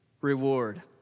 reward